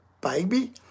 baby